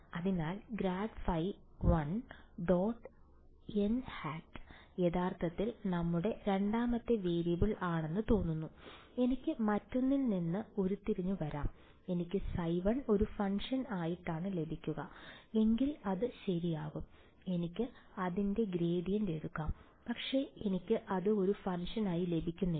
അതിനാൽ grad phi 1 dot n hat യഥാർത്ഥത്തിൽ നമ്മുടെ രണ്ടാമത്തെ വേരിയബിൾ ആണെന്ന് തോന്നുന്നു എനിക്ക് മറ്റൊന്നിൽ നിന്ന് ഉരുത്തിരിഞ്ഞു വരാം എനിക്ക് ϕ1 ഒരു ഫംഗ്ഷൻ ആയിട്ടാണ് ലഭിക്കുക എങ്കിൽ അത് ശരിയാകും എനിക്ക് അതിന്റെ ഗ്രേഡിയന്റ് എടുക്കാം പക്ഷേ എനിക്ക് അത് ഒരു ഫംഗ്ഷൻ ആയി ലഭിക്കുന്നില്ല